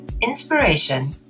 inspiration